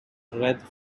wreath